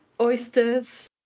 oysters